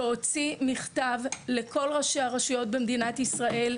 שהוציא מכתב לכל ראשי הרשויות במדינת ישראל,